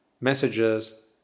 messages